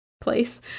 place